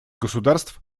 государств